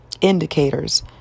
indicators